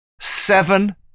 seven